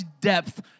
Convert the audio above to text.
depth